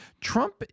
Trump